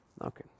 Okay